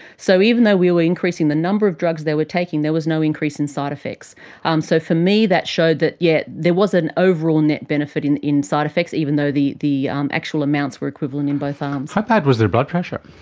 so even though we were increasing the number of drugs they were taking, there was no increase in side-effects. um so for me that showed that, yes, there was an overall net benefit in in side-effects, even though the the um actual amounts were equivalent in both arms. how bad was their blood pressure?